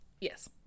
Yes